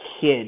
kid